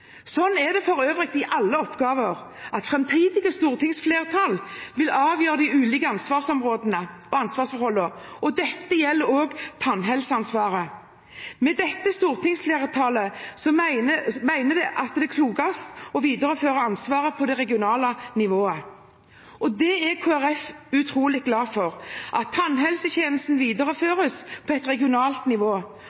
Sånn er det for øvrig i alle oppgaver, at framtidige stortingsflertall vil avgjøre de ulike ansvarsområdene og ansvarsforholdene, og dette gjelder også tannhelseansvaret. Dette stortingsflertallet mener det er klokest å videreføre ansvaret på det regionale nivået. Kristelig Folkeparti er utrolig glad for at tannhelsetjenesten